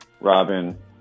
Robin